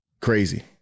crazy